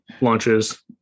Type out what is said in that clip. launches